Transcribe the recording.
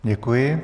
Děkuji.